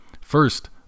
First